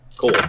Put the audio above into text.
Cool